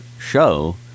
show